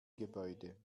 gebäude